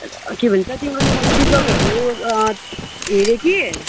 के भन्छ तिम्रो यो मैले रिजल्टहरू हेरेँ कि